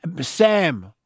Sam